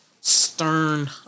stern